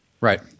Right